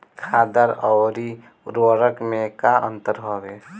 खादर अवरी उर्वरक मैं का अंतर हवे?